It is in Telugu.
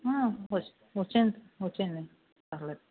అమ్మ వ వచ్చె వచ్చెయ్యండి పర్లేదు